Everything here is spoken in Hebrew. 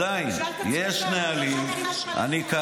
שאלת את ראש הממשלה?